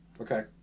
Okay